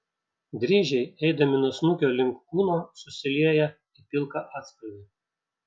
dryžiai eidami nuo snukio link kūno susilieja į pilką atspalvį